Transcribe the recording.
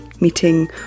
meeting